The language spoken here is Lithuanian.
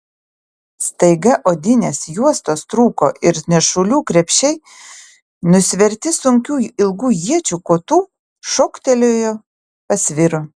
staiga odinės juostos trūko ir nešulių krepšiai nusverti sunkių ilgų iečių kotų šoktelėję pasviro